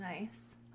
nice